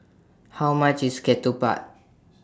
How much IS Ketupat